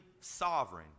sovereign